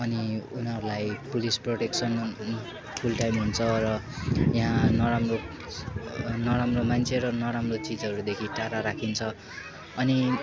अनि उनीहरूलाई police protection full time हुन्छ र यहाँ नराम्रो नराम्रो मान्छे र नराम्रो चिजहरूदेखि टाढा राखिन्छ अनि